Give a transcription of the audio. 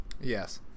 yes